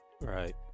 right